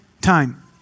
time